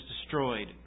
destroyed